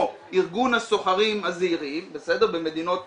ארגון הסוחרים הזעירים במדינות מסוימות,